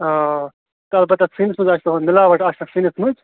آ آ تہٕ اَلبَتہٕ سٲنِس منٛز آسہِ پیٚوان مِلاوَٹھ آسہِ نہٕ سٲنِس منٛز